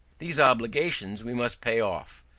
these obligations we must pay off,